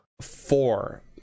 Four